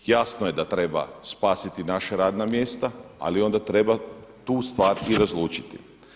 Jasno je da treba spasiti naša radna mjesta, ali onda treba tu stvar i razlučiti.